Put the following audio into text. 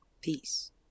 Peace